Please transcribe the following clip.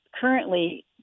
currently